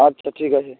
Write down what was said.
আচ্ছা ঠিক আছে